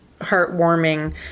heartwarming